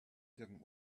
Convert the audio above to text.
didn’t